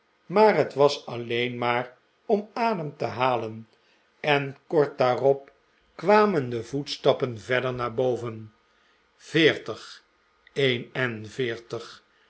maar het was alleen maar om adem te halen en kort daarop kwamen de voetstappen verder naar boven veertig een en veertig